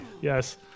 Yes